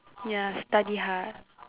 ya study hard